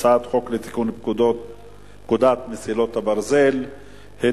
הצעת חוק לתיקון פקודת מסילות הברזל (מס' 6),